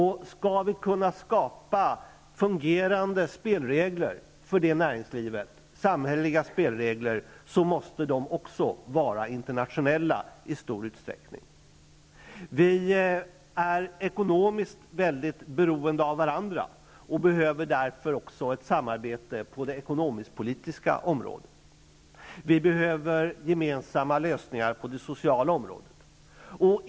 Skall vi kunna skapa fungerande samhälleliga spelregler för det näringslivet måste de i stor utsträckning vara internationella. Vi är ekonomiskt mycket beroende av varandra och behöver därför också ett samarbete på det ekonomisk-politiska området. Vi behöver gemensamma lösningar på det sociala området.